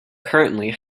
currently